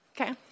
Okay